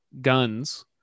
guns